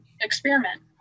experiment